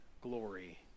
glory